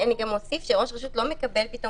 אני גם אוסיף ואומר שראש רשות לא מקבל פתאום